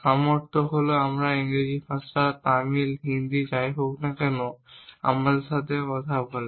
সামর্থ্য হল আমাদের ভাষায় ইংরেজি হিন্দি তামিল যাই হোক না কেন আমাদের সাথে কথা বলা